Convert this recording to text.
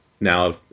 now